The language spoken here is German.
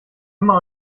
immer